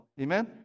Amen